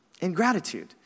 Ingratitude